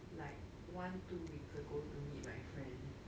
like one two weeks ago to meet my friend